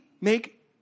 make